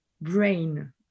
brain